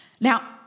Now